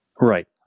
Right